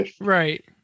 Right